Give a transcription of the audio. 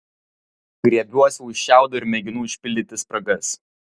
griebiuosi už šiaudo ir mėginu užpildyti spragas